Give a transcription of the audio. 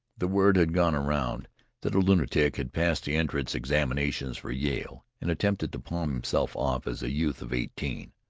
the word had gone around that a lunatic had passed the entrance examinations for yale and attempted to palm himself off as a youth of eighteen.